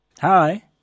Hi